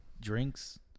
drinks